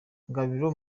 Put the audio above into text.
gabiro